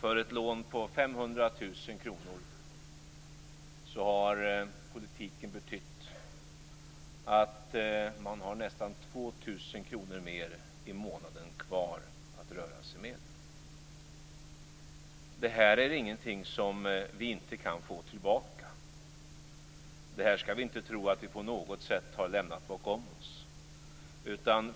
För ett lån på 500 000 kr har politiken betytt att man har nästan 2 000 kr mer i månaden kvar att röra sig med. Detta är ingenting som vi inte kan få tillbaka.